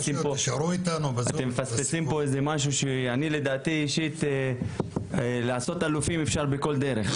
אבל אתם מפספסים פה משהו -- לדעתי האישית אפשר לעשות אלופים בכל דרך,